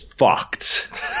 Fucked